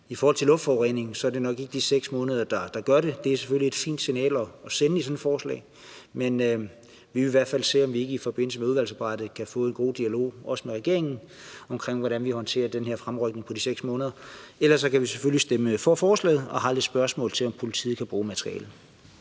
i forhold til luftforureningen sige, at det nok ikke er de 6 måneder, der gør det. Det er selvfølgelig et fint signal at sende i sådan et forslag, men vi vil i hvert fald se, om ikke vi i forbindelse med udvalgsarbejdet kan få en god dialog også med regeringen om, hvordan vi håndterer den her fremrykning på de 6 måneder. Ellers kan vi selvfølgelig stemme for forslaget, og vi har et par spørgsmål om, om politiet kan bruge materialet.